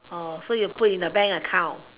oh so you put in the bank account